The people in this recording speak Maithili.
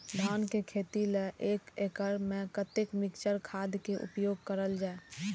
धान के खेती लय एक एकड़ में कते मिक्चर खाद के उपयोग करल जाय?